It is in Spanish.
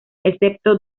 excepto